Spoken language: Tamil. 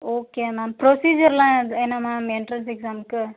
ஓகே மேம் ப்ரொசீஜர்லாம் என்ன மேம் எண்ட்ரன்ஸ் எக்ஸாமுக்கு